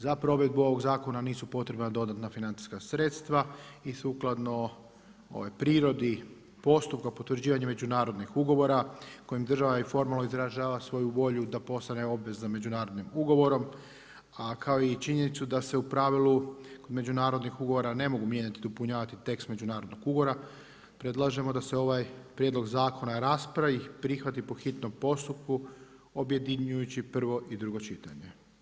Za provedbu ovog zakona nisu potrebna dodatna financijska sredstva i sukladno ovoj prirodi potvrđivanja međunarodnih ugovora kojim država i formalno izražava svoju volju da postane obveza međunarodnim ugovorom, a kao i činjenicu da se u pravilu međunarodnih ugovora ne mogu mijenjati i dopunjavati tekst međunarodnog ugovora, predlažemo da se ovaj prijedlog zakona raspravi i prihvati po hitnom postupku, objedinjujući prvo i drugo čitanje.